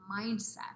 mindset